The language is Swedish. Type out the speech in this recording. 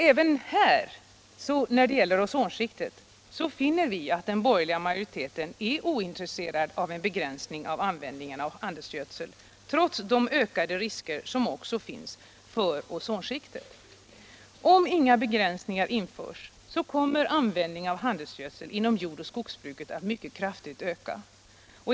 Även när det gäller ozonskiktet finner vi att den borgerliga majoriteten är ointresserad av att begränsa användningen av handelsgödsel, trots de risker som föreligger. Om inga begränsningar införs, kommer användningen av handelsgödsel inom jord och skogsbruket att öka mycket kraftigt.